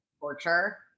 Torture